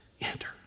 enter